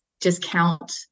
discount